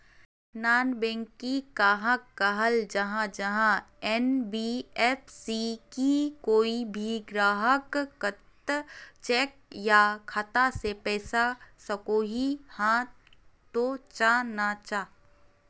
Non banking कहाक कहाल जाहा जाहा एन.बी.एफ.सी की कोई भी ग्राहक कोत चेक या खाता से पैसा सकोहो, हाँ तो चाँ ना चाँ?